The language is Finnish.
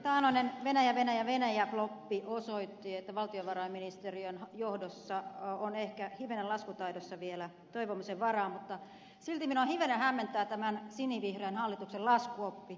taannoinen venäjävenäjävenäjä floppi osoitti että valtiovarainministeriön johdossa on ehkä hivenen laskutaidossa vielä toivomisen varaa mutta silti minua hivenen hämmentää tämän sinivihreän hallituksen laskuoppi